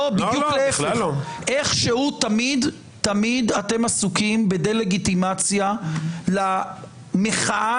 איכשהו תמיד אתם עסוקים בדה לגיטימציה למחאה